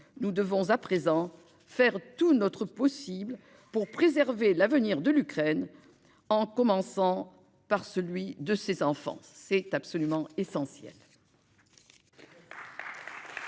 Nous devons à présent faire tout notre possible pour préserver l'avenir de l'Ukraine, en commençant par celui de ses enfants. C'est absolument essentiel